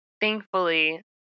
Thankfully